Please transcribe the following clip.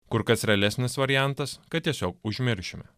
kur kas realesnis variantas kad tiesiog užmiršime